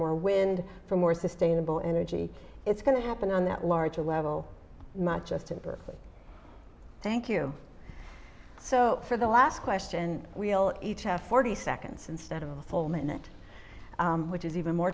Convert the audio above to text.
more wind for more sustainable energy it's going to happen on that larger level much just in berkeley thank you so for the last question we'll each have forty seconds instead of a full minute which is even more